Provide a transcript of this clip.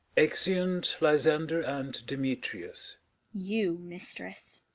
exeunt lysander and demetrius you, mistress,